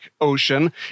Ocean